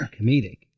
comedic